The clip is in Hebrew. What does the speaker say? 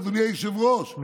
אדוני היושב-ראש,